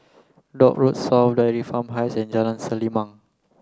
Dock Road South Dairy Farm Heights and Jalan Selimang